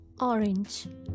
Orange